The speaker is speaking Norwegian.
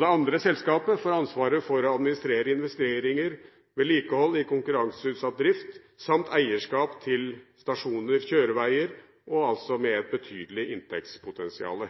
Det andre selskapet får ansvaret for å administrere investeringer og vedlikehold i konkurranseutsatt drift samt eierskap til stasjoner og kjøreveier, og altså med et betydelig inntektspotensial.